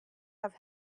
have